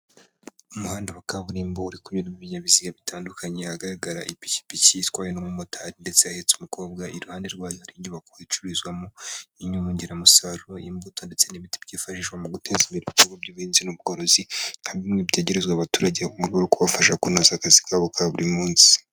Umuhanda wa kaburimbo uri kunyuramo ibinyabiziga bitandukanye, ahagaragara ipikipiki itwawe n'umumotari ndetse ahetse umukobwa. Iruhande rwayo hari inyubako icuruzwamo inyongeramusaruro y'imbuto, ndetse n'ibiti, byifashishwa mu guteza imbere ibicuruzwa by'ubuhinzi n'ubworozi, nka bimwe byegerezwa abaturage mu rwego rwo kubafasha kunoza akazi kabo ka buri munsi.